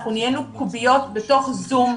אנחנו נהיינו קוביות בתוך זום.